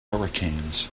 hurricanes